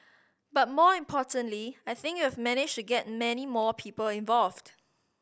but more importantly I think we've managed to get many more people involved